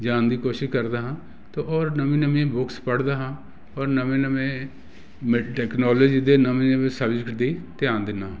ਜਾਣ ਦੀ ਕੋਸ਼ਿਸ਼ ਕਰਦਾ ਹਾਂ ਅਤੇ ਔਰ ਨਵੀਆ ਨਵੀਆਂ ਬੁੱਕਸ ਪੜ੍ਹਦਾ ਹਾਂ ਔਰ ਨਵੇਂ ਨਵੇਂ ਟੈਕਨੋਲੋਜੀ ਦੇ ਨਵੇਂ ਨਵੇਂ ਸਬਜੈਕਟ ਦੀ ਧਿਆਨ ਦਿੰਦਾ